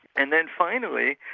and then finally,